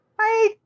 Hi